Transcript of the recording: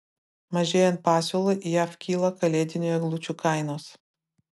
mažėjant pasiūlai jav kyla kalėdinių eglučių kainos